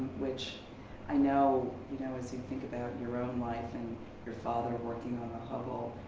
which i know you know as you think about your own life and your father working on a hubble,